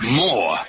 more